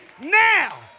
now